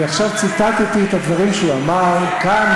אני עכשיו ציטטתי את הדברים שהוא אמר כאן,